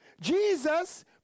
Jesus